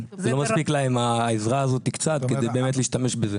מספיקה העזרה שלהם כדי באמת להשתמש בזה.